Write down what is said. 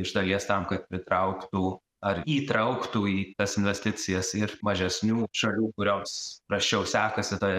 iš dalies tam kad pritrauktų ar įtrauktų į tas investicijas ir mažesnių šalių kurioms prasčiau sekasi toje